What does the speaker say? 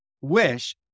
wish